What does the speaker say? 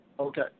Okay